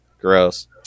gross